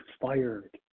fired